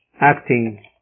acting